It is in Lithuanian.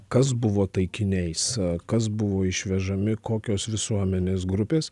kas buvo taikiniais kas buvo išvežami kokios visuomenės grupės